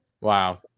Wow